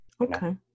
okay